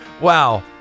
wow